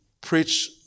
preach